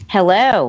Hello